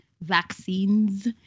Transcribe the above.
vaccines